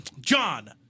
John